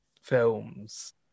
films